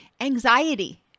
anxiety